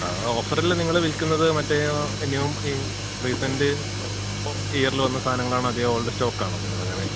ആ ഓഫറില് നിങ്ങള് വിൽക്കുന്നത് മറ്റേ ആ ഇനിയും ഈ റീസെൻ്റ് ഇയറില് വന്ന സാധനങ്ങളാണോ അതേയോ ഓൾഡ് സ്റ്റോക്കാണോ നിങ്ങളുടെ കടയില്